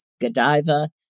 Godiva